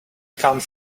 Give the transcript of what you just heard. can’t